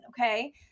okay